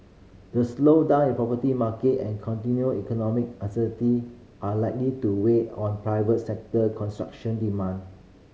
the slowdown in the property market and continued economic uncertainty are likely to weigh on private sector construction demand